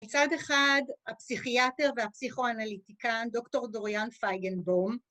בצד אחד הפסיכיאטר והפסיכואנליטיקן דוקטור דוריאן פייגנבום